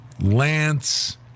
Lance